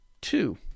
Two